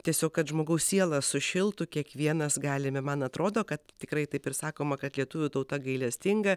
tiesiog kad žmogaus sielą sušiltų kiekvienas galime man atrodo kad tikrai taip ir sakoma kad lietuvių tauta gailestinga